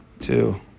Two